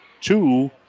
Two